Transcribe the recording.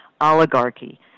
oligarchy